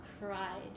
cried